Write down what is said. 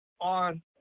on